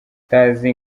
utazi